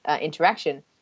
interaction